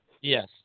Yes